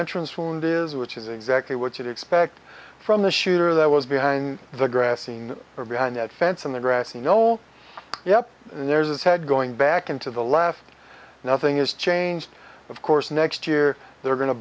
entrance wound is which is exactly what you'd expect from the shooter that was behind the grass scene or behind that fence on the grassy knoll yep and there's this had going back into the left nothing is changed of course next year they're going to